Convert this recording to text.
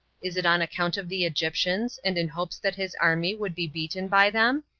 is it on account of the egyptians, and in hopes that his army would be beaten by them?